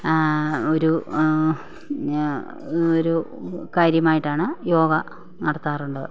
ഒരു ഒരു കാര്യമായിട്ടാണ് യോഗ നടത്താറുള്ളത്